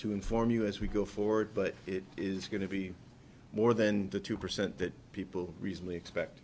to inform you as we go forward but it is going to be more than the two percent that people recently expect